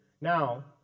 Now